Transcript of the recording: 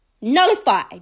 nullified